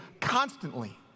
constantly